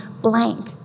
blank